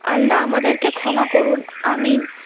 আল্লা আমাদেরকে ক্ষমা করুন আমিন